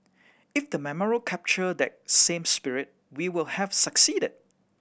if the memorial captured that same spirit we will have succeeded